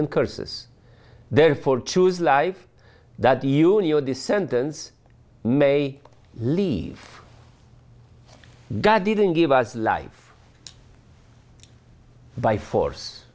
is there for choose life that you and your descendants may leave god didn't give us life by force